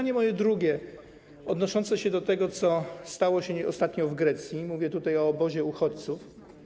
I moje drugie pytanie odnoszące się do tego, co stało się ostatnio w Grecji - mówię tutaj o obozie uchodźców.